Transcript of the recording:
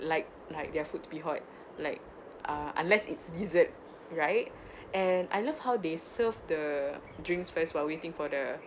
like like their food to be hot like uh unless it's desert right and I love how they serve the drinks first while waiting for the